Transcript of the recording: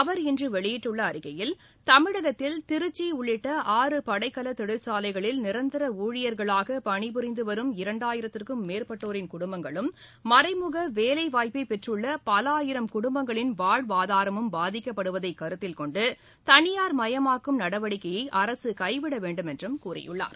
அவர் இன்று வெளியிட்டுள்ள அறிக்கையில் தமிழகத்தில் திருச்சி உள்ளிட்ட ஆறு படைக்கல தொழிற்சாலைகளில் நிரந்தர ஊழியர்களாக பணிபுரிந்து வரும் இரண்டாயிரத்துக்கும் மேற்பட்டோரின் குடும்பங்களும் மறைமுக வேலைவாய்ப்பைப் பெற்றுள்ள பல ஆயிரம் குடும்பங்களின் வாழ்வாதாரமும் பாதிக்கப்படுவதை கருத்தில் கொண்டு தனியார் மயமாக்கும் நடவடிக்கையை அரசு கைவிட வேண்டும் என்றும் கூறியுள்ளார்